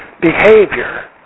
behavior